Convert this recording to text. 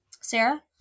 sarah